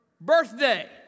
birthday